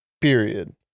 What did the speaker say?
period